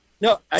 No